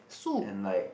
and like